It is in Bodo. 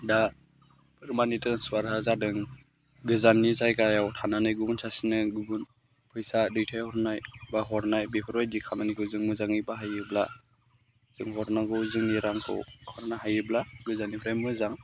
दा मानि ट्रेन्सफारआ जादों गोजाननि जायगायाव थानानै गुबुन सासेनो फैसा दैथायहरनाय बा हरनाय बेफोरबायदि खामानिखौ जों मोजाङै बाहायोब्ला जों हरनांगौ जोंनि रांखौ हरनो हायोब्ला गोजाननिफ्राय मोजां